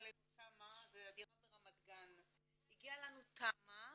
הדירה ברמת גן, הגיעה לנו תמ"א